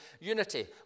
Unity